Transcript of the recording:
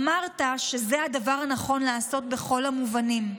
אמרת שזה הדבר הנכון לעשות בכל המובנים.